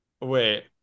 wait